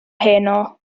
heno